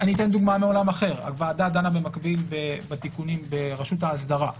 אתן דוגמה מעולם אחר הוועדה דנה במקביל בתיקונים ברשות ההסדרה החדש.